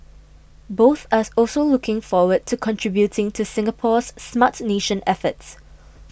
both are also looking forward to contributing to Singapore's Smart Nation efforts